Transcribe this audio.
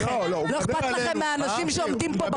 לא אכפת לכם מהאנשים עומדים כאן בחוץ במשך שבועות.